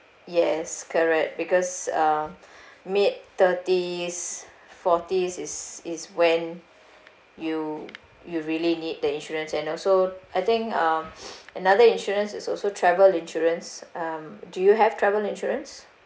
yes correct because uh mid-thirties forties is is when you you really need the insurance and also I think um another insurance is also travel insurance um do you have travel insurance